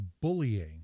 bullying